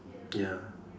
ya